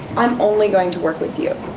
i'm only going to work with you.